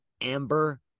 Amber